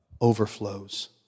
overflows